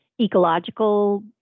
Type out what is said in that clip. ecological